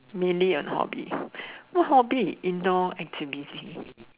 nearly a hobby what hobby indoor activity